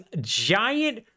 giant